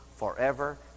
forever